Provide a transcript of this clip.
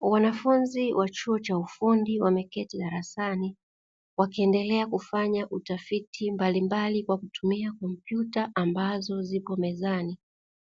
Wanafunzi wa chuo cha ufundi wameketi darasani wakiendelea kufanya utafiti mbalimbali kwa kutumia tarakirishi, ambazo zipo mezani